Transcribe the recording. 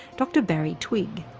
dr barry twigg.